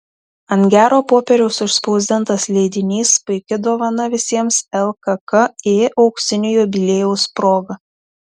ant gero popieriaus išspausdintas leidinys puiki dovana visiems lkki auksinio jubiliejaus proga